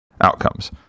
outcomes